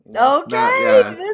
Okay